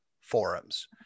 forums